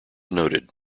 noted